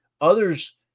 Others